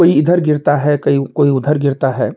कोई इधर गिरता है कहीं कोई उधर गिरता है